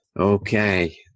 Okay